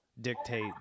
dictate